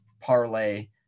parlay